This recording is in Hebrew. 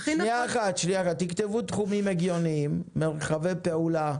תכתבו תחומים הגיוניים, מרחבי פעולה